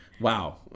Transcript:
Wow